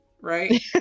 right